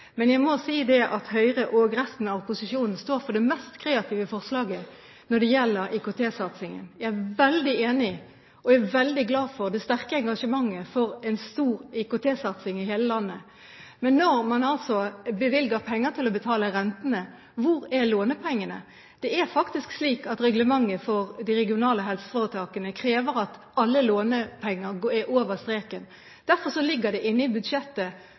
men jeg må si at Høyre og resten av opposisjonen står for det mest kreative forslaget når det gjelder IKT-satsingen. Jeg støtter og er veldig glad for det sterke engasjementet for en stor IKT-satsing i hele landet, men når man bevilger penger til å betale rentene, hvor er lånepengene? Det er faktisk slik at reglementet for de regionale helseforetakene krever at alle lånepenger er over streken. Derfor ligger det inne i budsjettet